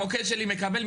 המוקד שלי מקבל,